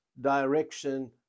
direction